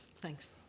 thanks